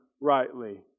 rightly